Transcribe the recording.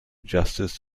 justice